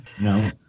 No